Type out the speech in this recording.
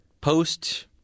post